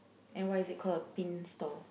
and what is it called a pin stall